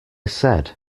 said